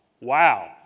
wow